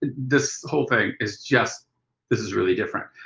and this whole thing is just this is really different.